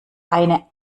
eine